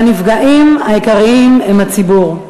הנפגעים העיקריים הם הציבור.